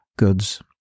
Goods